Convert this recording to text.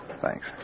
Thanks